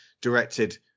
directed